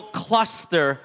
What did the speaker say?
cluster